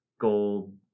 gold